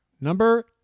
Number